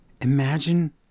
imagine